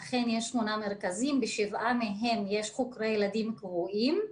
אכן יש שמונה מרכזים ובשבעה מהם יש חוקרי ילדים קבועים.